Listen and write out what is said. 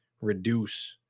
reduce